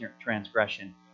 transgression